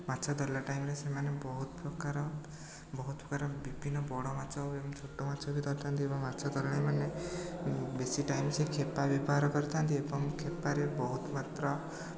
ମାଛ ଧରିଲା ଟାଇମ୍ରେ ସେମାନେ ବହୁତ ପ୍ରକାର ବହୁତ ପ୍ରକାର ବିଭିନ୍ନ ବଡ଼ ମାଛ ଏବଂ ଛୋଟ ମାଛ ବି ଧରିଥାନ୍ତି ଏବଂ ମାଛ ଧରାଳି ମାନେ ବେଶୀ ଟାଇମ୍ ସେଇ ଖେପା ବ୍ୟବହାର କରିଥାନ୍ତି ଏବଂ ଖେପାରେ ବହୁତ ମାତ୍ରା